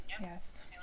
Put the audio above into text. Yes